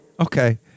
Okay